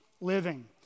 living